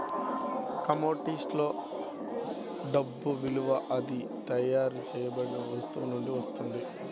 కమోడిటీస్లో డబ్బు విలువ అది తయారు చేయబడిన వస్తువు నుండి వస్తుంది